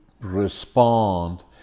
respond